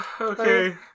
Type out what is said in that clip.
Okay